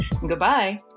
Goodbye